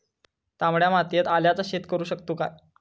तामड्या मातयेत आल्याचा शेत करु शकतू काय?